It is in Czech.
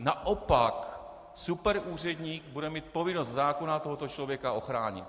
Naopak superúředník bude mít povinnost ze zákona tohoto člověka ochránit.